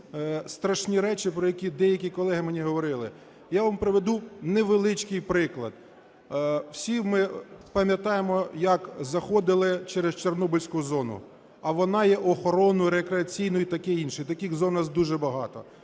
страшні речі, про які деякі колеги мені говорили. Я вам приведу невеличкий приклад. Всі ми пам'ятаємо, як заходили через Чорнобильську зону, а вона є охоронною, рекреаційною і таке інше. Таких зон у нас дуже багато.